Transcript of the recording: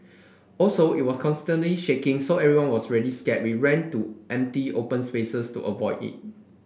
also it was constantly shaking so everyone was really scared we ran to empty open spaces to avoid it